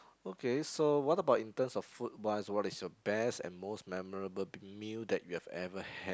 okay so what about in terms of food wise what is your best and most memorable meal that you have ever had